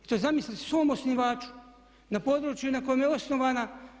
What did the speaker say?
I to zamisli svom osnivaču na području na kojem je osnovana.